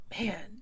Man